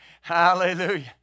Hallelujah